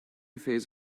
phase